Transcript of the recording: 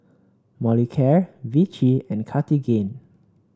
Molicare Vichy and Cartigain